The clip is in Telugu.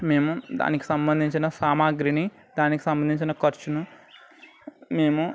మేము దానికి సంబంధించిన సామాగ్రిని దానికి సంబంధించిన ఖర్చును మేము